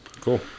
Cool